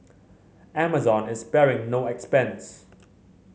Amazon is sparing no expense